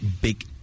big